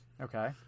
Okay